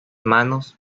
manos